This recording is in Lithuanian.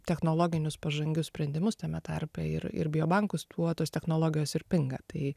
technologinius pažangius sprendimus tame tarpe ir ir biobankus tuo tos technologijos ir pinga tai